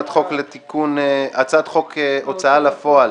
הצעת חוק ההוצאה לפועל